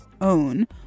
own